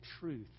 truth